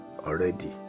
already